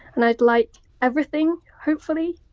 and i'd like everything, hopefully,